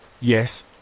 Yes